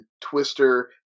Twister